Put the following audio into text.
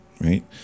right